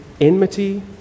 enmity